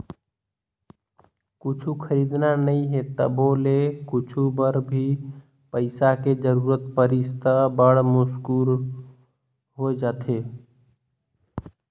कुछु खरीदना नइ हे तभो ले कुछु बर भी पइसा के जरूरत परिस त बड़ मुस्कुल हो जाथे